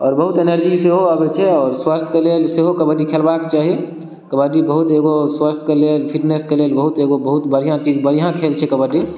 आओर बहुत एनर्जी सेहो आबै छै आओर स्वास्थ्य के लेल सेहो कबड्डी खेलबाक चाही कबड्डी बहुत एगो स्वास्थ्य के लियऽ फिटनेसके लेल बहुत एगो बहुत एगो बढिऑं चीज बढिऑं खेल छै कबड्डी